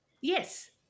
Yes